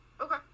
Okay